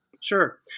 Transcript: Sure